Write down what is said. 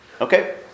Okay